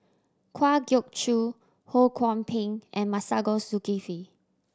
Kwa Geok Choo Ho Kwon Ping and Masagos Zulkifli